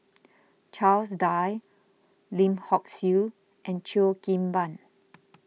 Charles Dyce Lim Hock Siew and Cheo Kim Ban